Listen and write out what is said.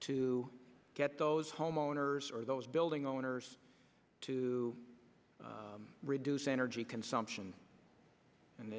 to get those homeowners or those building owners to reduce energy consumption and